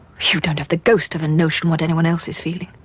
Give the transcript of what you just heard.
you don't have the ghost of a notion what anyone else is feeling.